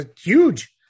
huge